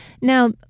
Now